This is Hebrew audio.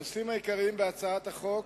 הנושאים העיקריים בהצעת החוק: